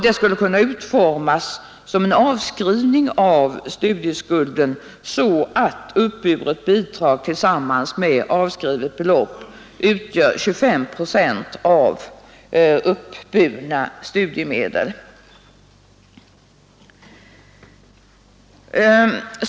Detta skulle kunna utformas som en avskrivning av studieskulden så att uppburet bidrag tillsammans med avskrivet belopp utgör 25 procent av uppburna studiemedel.